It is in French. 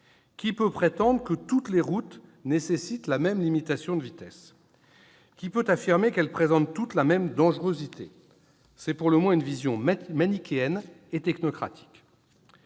Qui peut prétendre que toutes les routes nécessitent la même limitation de vitesse ? Qui peut affirmer qu'elles présentent toutes la même dangerosité ? C'est pour le moins une vision manichéenne et technocratique.